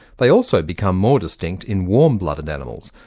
they also become more distinct in warm-blooded animals,